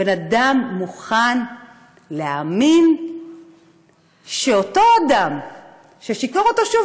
בן-אדם מוכן להאמין שאותו אדם ששיקר לו שוב,